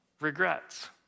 regrets